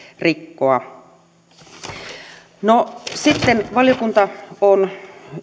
rikkoa sitten valiokunta on